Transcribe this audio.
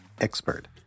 expert